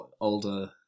older